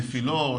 נפילות,